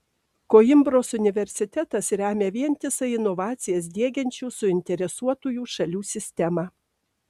koimbros universitetas remia vientisą inovacijas diegiančių suinteresuotųjų šalių sistemą